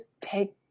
take